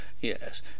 Yes